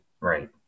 Right